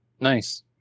nice